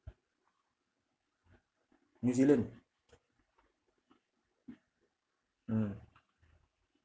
new zealand mm